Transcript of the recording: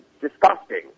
disgusting